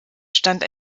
stand